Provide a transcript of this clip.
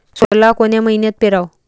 सोला कोन्या मइन्यात पेराव?